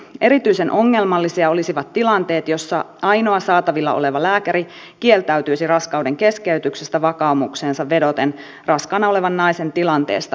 erityisen ongelmallisia olisivat tilanteet joissa ainoa saatavilla oleva lääkäri kieltäytyisi raskaudenkeskeytyksestä vakaumukseensa vedoten raskaana olevan naisen tilanteesta riippumatta